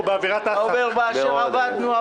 הוא אומר: באשר אבדנו אבדנו.